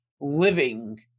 living